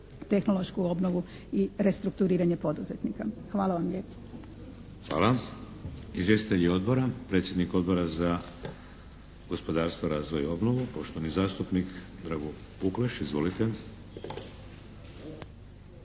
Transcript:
tehnološku obnovu i restrukturiranje poduzetnika. Hvala vam lijepo. **Šeks, Vladimir (HDZ)** Hvala. Izvjestitelji odbora? Predsjednik Odbora za gospodarstvo, razvoj i obnovu poštovani zastupnik Drago Pukleš. Izvolite!